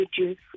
reduce